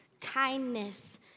kindness